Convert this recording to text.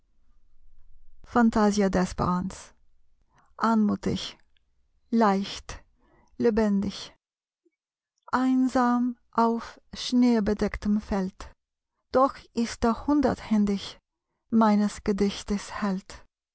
desperans anmutig leicht lebendig einsam auf schneebedecktem feld doch ist der hunderthändig meines gedichtes held